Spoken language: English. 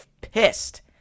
pissed